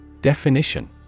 Definition